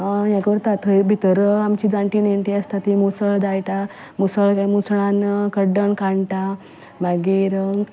हें करता भितर आमची जाणटी नेणटीं आसता तीं मुसळ दायटा मुसळान कड्डण कांडटा मागीर